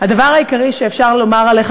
הדבר העיקרי שאפשר לומר עליך,